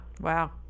Wow